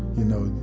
you know,